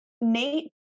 Nate